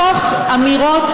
תוך אמירות,